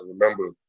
remember